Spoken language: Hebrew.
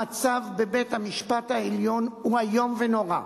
המצב בבית-המשפט העליון הוא איום ונורא.